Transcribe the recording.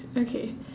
okay